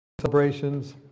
celebrations